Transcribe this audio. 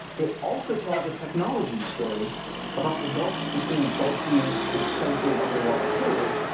it also tells a technology story about the gulf between bulky, expensive underwater tools,